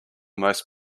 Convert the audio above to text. most